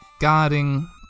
guarding